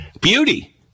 Beauty